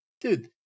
dude